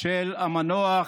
של המנוח,